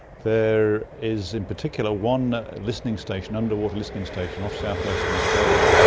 there is in particular one listening station, underwater listening station, off south-western australia.